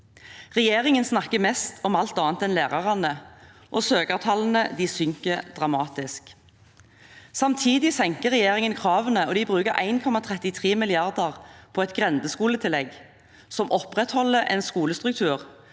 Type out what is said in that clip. Regjeringen snakker mest om alt annet enn lærerne, og søkertallene synker dramatisk. Samtidig senker regjeringen kravene, og de bruker 1,33 mrd. kr på et grendeskoletillegg som opprettholder en skolestruktur